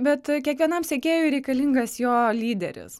bet kiekvienam sekėjui reikalingas jo lyderis